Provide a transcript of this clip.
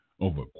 over